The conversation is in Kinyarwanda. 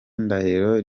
ndahiro